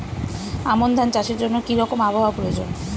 আমন ধান চাষের জন্য কি রকম আবহাওয়া প্রয়োজন?